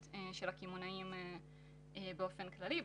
של הקמעונאים באופן כללי והסיטונאים.